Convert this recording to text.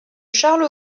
charles